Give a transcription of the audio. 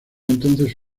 entonces